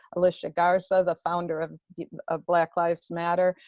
alicia garza the founder of of black lives matter,